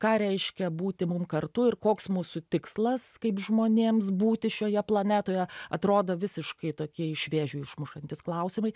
ką reiškia būti mum kartu ir koks mūsų tikslas kaip žmonėms būti šioje planetoje atrodo visiškai tokie iš vėžių išmušantys klausimai